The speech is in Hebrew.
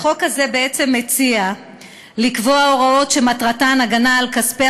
החוק הזה מציע לקבוע הוראות שמטרתן הגנה על כספי